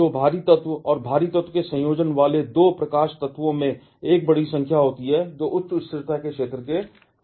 तो भारी तत्व और भारी तत्व के संयोजन वाले 2 प्रकाश तत्वों में एक बड़ी संख्या होती है जो उच्च स्थिरता के क्षेत्र के करीब है